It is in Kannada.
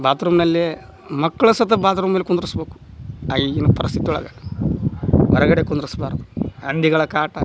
ಬಾತ್ರೂಮ್ನಲ್ಲಿ ಮಕ್ಳು ಸತ ಬಾತ್ರೂಮಲ್ಲಿ ಕುಂದ್ರಸಬೇಕು ಆ ಈಗಿನ ಪರಿಸ್ಥಿತಿ ಒಳಗೆ ಹೊರಗಡೆ ಕುಂದ್ರಸಬಾರ್ದು ಹಂದಿಗಳ ಕಾಟ